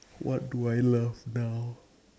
what do I love now